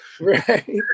right